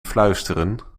fluisteren